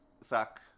suck